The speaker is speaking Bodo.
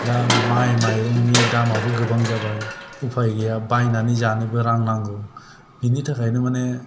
दा माइ माइरंनि दामाबो गोबां जाबाय उपाय गैया बायनानै जानोबो रां नांगौ बिनि थाखायनो माने